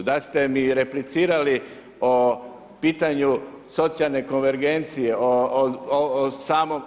Da ste mi replicirali o pitanju socijalne konvergencije o samom…